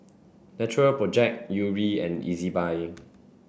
natural project Yuri and Ezbuy